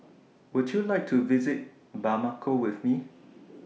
Would YOU like to visit Bamako with Me